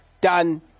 done